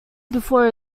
before